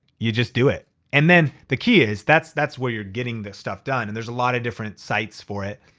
you just do it. and then the key is that's that's where you're getting the stuff done. and there's a lot of different sites for it.